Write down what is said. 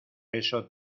eso